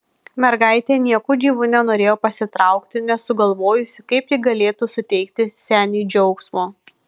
mergaitė nieku gyvu nenorėjo pasitraukti nesugalvojusi kaip ji galėtų suteikti seniui džiaugsmo